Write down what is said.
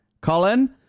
Colin